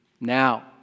now